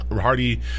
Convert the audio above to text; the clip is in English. Hardy